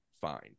fine